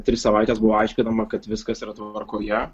tris savaites buvo aiškinama kad viskas yra tvarkoje